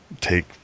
take